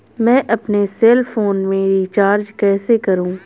मैं अपने cell phone में रिचार्ज कैसे करूँ?